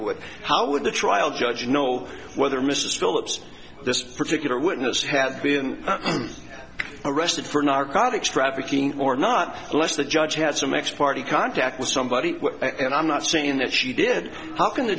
would how would the trial judge know whether mrs phillips this particular witness had been arrested for narcotics trafficking or not less the judge has some x party contact with somebody and i'm not saying that she did how can the